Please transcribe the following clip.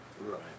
Right